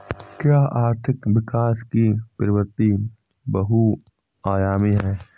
क्या आर्थिक विकास की प्रवृति बहुआयामी है?